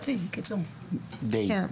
בקיצור, חצי-חצי.